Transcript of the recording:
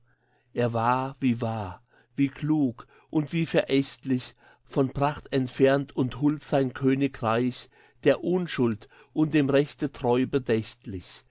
er war wie wahr wie klug und wie verächtlich von pracht entfernt und huld sein königreich der unschuld und dem rechte treu